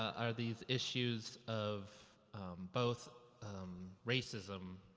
are these issues of both racism